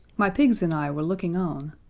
my pigs and i were looking on.